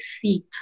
feet